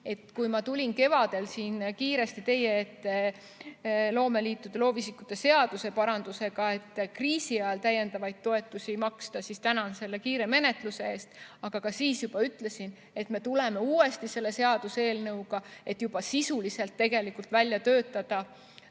Kui ma tulin kevadel siin kiiresti teie ette loomeliitude ja loovisikute seaduse parandusega, et kriisi ajal täiendavaid toetusi maksta – tänan selle kiire menetluse eest –, juba siis ütlesin, et me tuleme uuesti selle seaduseelnõuga, et sisuliselt välja töötada